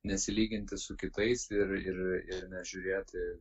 nesilyginti su kitais ir ir nežiūrėti